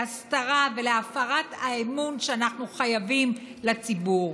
להסתרה ולהפרת האמון שאנחנו חייבים בו לציבור.